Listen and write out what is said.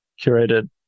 curated